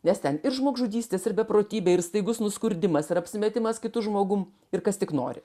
nes ten ir žmogžudystės ir beprotybė ir staigus nuskurdimas ir apsimetimas kitu žmogum ir kas tik nori